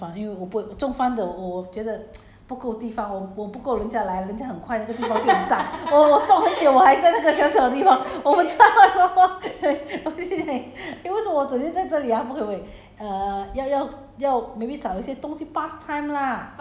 种 farm 的那种是吗我不是玩种 farm 因为我不会种 farm 的我我觉得 不够地方我我不够人家来人家很快那个地方就很大我我种很久我还在那个小小的地方 我差那么多 eh 我回去 eh eh 为什么我整天在这里 ah 不可以不可以